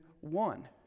one